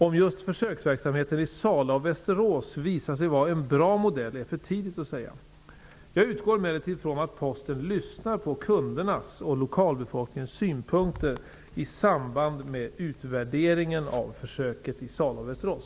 Om just försöksverksamheten i Sala och Västerås visar sig vara en bra modell är för tidigt att säga. Jag utgår emellertid från att Posten lyssnar på kundernas och lokalbefolkningens synpunkter i samband med utvärderingen av försöket i Sala och Västerås.